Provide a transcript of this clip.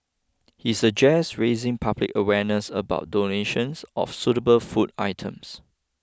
he suggested raising public awareness about donations of suitable food items